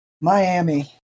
Miami